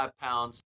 pounds